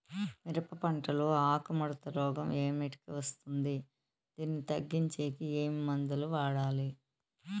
మిరప పంట లో ఆకు ముడత రోగం ఏమిటికి వస్తుంది, దీన్ని తగ్గించేకి ఏమి మందులు వాడాలి?